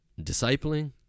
discipling